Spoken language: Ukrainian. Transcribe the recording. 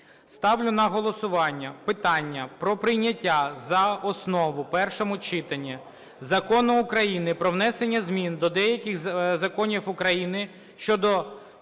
Ставлю на голосування питання про прийняття за основу в першому читанні проект Закону про внесення змін до деяких законів України щодо